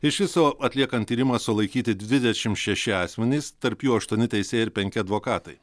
iš viso atliekant tyrimą sulaikyti dvidešimt šeši asmenys tarp jų aštuoni teisėjai ir penki advokatai